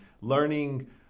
learning